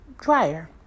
Dryer